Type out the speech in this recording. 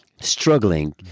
struggling